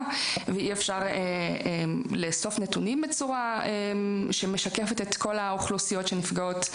ואי אפשר לאסוף נתונים בצורה שמשקפת את כל האוכלוסיות שנפגעות,